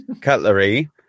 Cutlery